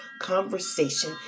conversation